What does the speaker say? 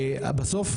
בסוף,